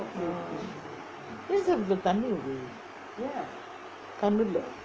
mm தண்ணீ வடியுது கண்ணுலே:thanni vadiyithu kannulae